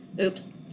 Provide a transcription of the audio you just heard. Oops